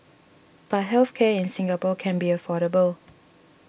but health care in Singapore can be affordable